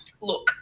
look